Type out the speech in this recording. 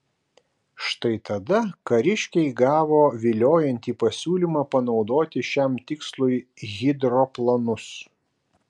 štai tada kariškiai gavo viliojantį pasiūlymą panaudoti šiam tikslui hidroplanus